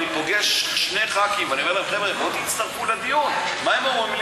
ואני פוגש שני חברי כנסת ואומר להם: